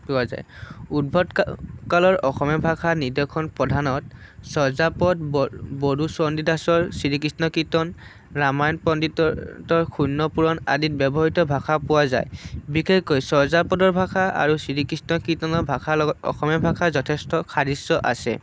পোৱা যায় উদ্ভৱ কাল কালৰ অসমীয়া ভাষাৰ নিদৰ্শন প্ৰধানতঃ চৰ্যাপদ বড়ো চন্দীদাসৰ শ্ৰীকৃষ্ণ কীৰ্তন ৰামায়ণ পণ্ডিতৰ শূন্য পুৰাণ আদিত ব্যৱহৃত ভাষা পোৱা যায় বিশেষকৈ চৰ্যাপদৰ ভাষা আৰু শ্ৰীকৃষ্ণ কীৰ্তনৰ ভাষাৰ লগত অসমীয়া ভাষাৰ যথেষ্ট সাদৃশ্য আছে